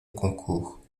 concours